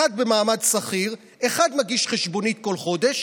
אחד במעמד שכיר, אחד מגיש חשבונית כל חודש.